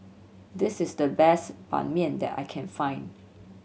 this is the best Ban Mian that I can find